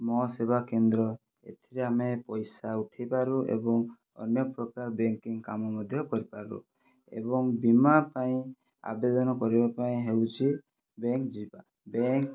ମୋ ସେବା କେନ୍ଦ୍ର ଏଥିରେ ଆମେ ପଇସା ଉଠେଇପାରୁ ଏବଂ ଅନ୍ୟ ପ୍ରକାର ବ୍ୟାଙ୍କିଙ୍ଗ କାମ ମଧ୍ୟ କରିପାରୁ ଏବଂ ବୀମା ପାଇଁ ଆବେଦନ କରିବା ପାଇଁ ହେଉଛି ବ୍ୟାଙ୍କ ଯିବା ବ୍ୟାଙ୍କ